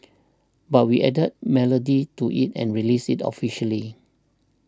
but we added melody to it and released it officially